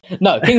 No